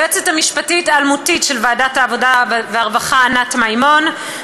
ליועצת המשפטית האלמותית של ועדת העבודה והרווחה ענת מימון,